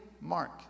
Mark